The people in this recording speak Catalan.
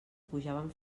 pujaven